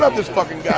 um this fucking guy,